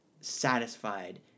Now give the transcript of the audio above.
satisfied